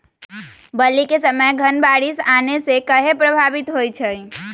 बली क समय धन बारिस आने से कहे पभवित होई छई?